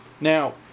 Now